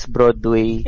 Broadway